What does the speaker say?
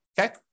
okay